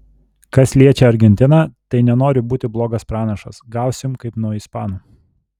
kas liečia argentiną tai nenoriu būti blogas pranašas gausim kaip nuo ispanų